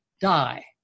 die